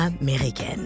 américaine